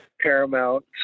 paramount